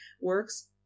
works